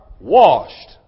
Washed